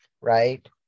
right